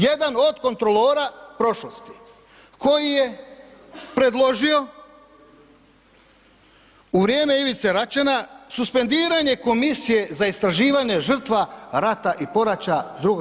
Jedan od kontrolora prošlosti koji je preložio u vrijeme Ivice Račana suspendiranje Komisije za istraživanje žrtva rata i poraća II.